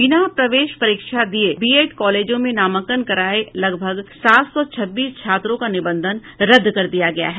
बिना प्रवेश परीक्षा दिये बीएड कॉलेजों में नामांकन कराये लगभग सात सौ छब्बीस छात्रों का निबंधन रद्द कर दिया गया है